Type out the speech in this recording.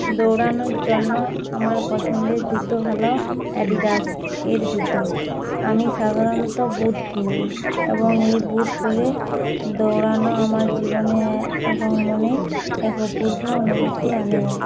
দৌড়ানোর জন্য আমার পছন্দের জুতো হলো অ্যাডিডাস এর জুতো আমি সাধারণত বুট কিনি এবং এই বুট পরে দৌড়ানো আমার জীবনে এবং মনে এক পূর্ব অনুভূতি আনে